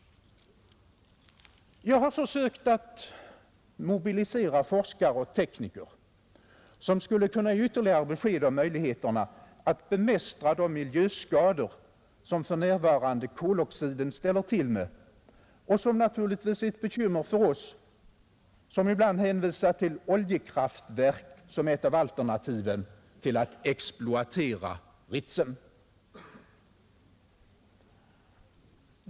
Jag har sökt att mobilisera forskare och tekniker, som skulle kunna ge ytterligare besked om möjligheterna att bemästra de miljöskador som för närvarande svaveldioxiden ställer till med och som naturligtvis är ett bekymmer för oss som ibland hänvisar till oljekraftverk som ett av alternativen till att exploatera Ritsem.